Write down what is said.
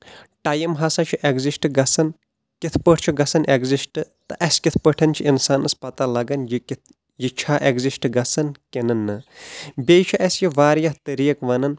time ہسا چھُ exist گژھان کِتھ پٲٹھۍ چھُ گژھان ایٚگزسٹ تہٕ اسہِ کِتھ پٲٹھۍ چھِ انسانس پتہ لگان یہِ کہِ یہِ چھا ایٚگزسٹ گژھان کِنہٕ نہ بییٚہِ چھُ اسہِ یہِ واریاہ طٔریقہٕ ونان